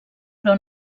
però